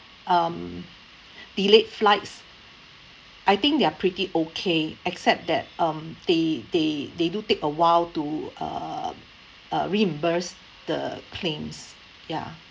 um delayed flights I think they're pretty okay except that um they they they do take a while to uh reimburse the claims ya